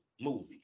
movie